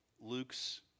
Luke's